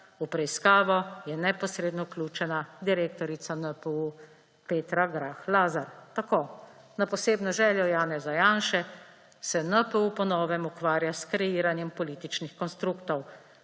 v preiskavo je neposredno vključena direktorica NPU Petra Grah Lazar. Tako, na posebno željo Janeza Janše se NPU po novem ukvarja s kreiranjem političnih konstruktov,